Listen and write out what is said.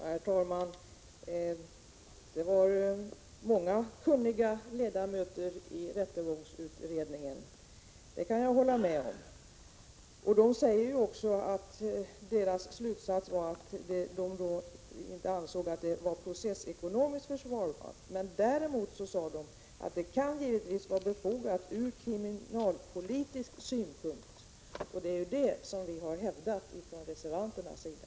Herr talman! Det var många kunniga ledamöter i rättegångsutredningen, det kan jag hålla med om. Deras slutsats var att de inte ansåg detta processekonomiskt försvarbart. Däremot kunde det givetvis vara befogat av kriminalpolitiska skäl. Det är detta vi har hävdat från reservanternas sida.